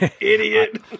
Idiot